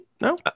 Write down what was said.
no